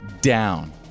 down